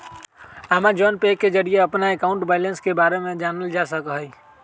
Amazon Pay के जरिए अपन अकाउंट बैलेंस के बारे में जानल जा सका हई